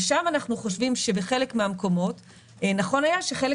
ושם אנחנו חושבים שבחלק מהמקומות נכון היה שחלק